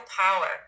power